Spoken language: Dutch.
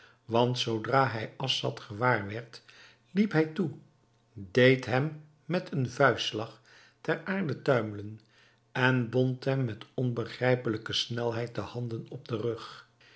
want zoodra hij assad gewaar werd liep hij toe deed hem met een vuistslag ter aarde tuimelen en bond hem met onbegrijpelijke snelheid de handen op den rug